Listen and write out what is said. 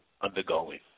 Undergoing